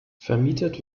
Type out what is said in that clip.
vermietet